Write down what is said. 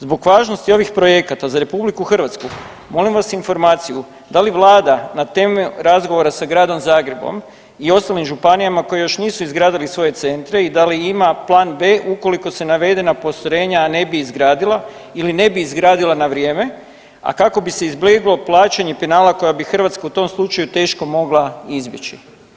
Zbog važnosti ovih projekata za RH molim vas informaciju, da li Vlada na temelju razgovora sa Gradom Zagrebom i ostalim županijama koji još nisu izgradili svoje centre da li ima plan B ukoliko se navedena postrojenja ne bi izgradila ili ne bi izgradila na vrijeme, a kako bi se izbjeglo plaćanje penala koja bi Hrvatsku u tom slučaju teško mogla izbjeći?